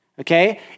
okay